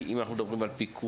אם אנחנו מדברים על פיקוח,